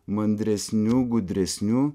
mandresniu gudresniu